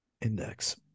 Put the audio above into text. index